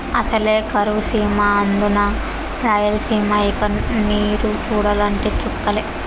అసలే కరువు సీమ అందునా రాయలసీమ ఇక నీరు చూడాలంటే చుక్కలే